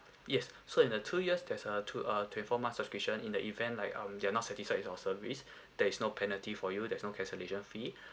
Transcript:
yes so in the two years there's a two uh twenty four months subscription in the event like um you are not satisfied with our service there is no penalty for you there's no cancellation fee